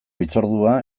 hitzordua